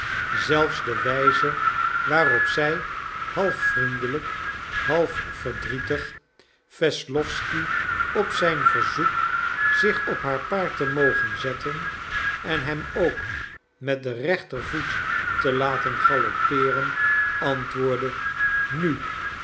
zelfs de wijze waarop zij half vriendelijk half verdrietig wesslowsky op zijn verzoek zich op haar paard te mogen zetten en hem ook met den rechtervoet te laten galoppeeren antwoordde nu